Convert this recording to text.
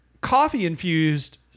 Coffee-infused